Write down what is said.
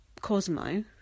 cosmo